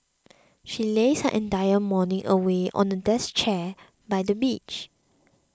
she lazed her entire morning away on a deck chair by the beach